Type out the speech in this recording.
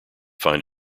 find